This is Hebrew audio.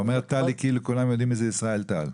אתה אומר טליק כאילו כולם יודעים מי זה ישראל טל.